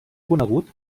conegut